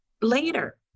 Later